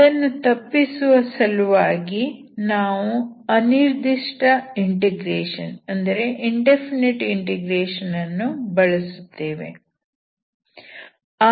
ಅದನ್ನು ತಪ್ಪಿಸುವ ಸಲುವಾಗಿ ನಾವು ಅನಿರ್ದಿಷ್ಟ ಇಂಟಿಗ್ರೇಷನ್ ಅನ್ನು ಬಳಸುತ್ತೇವೆ